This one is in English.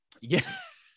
Yes